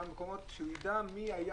גם במקומות אחרים כדי שהוא ידע מי היה